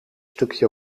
stukje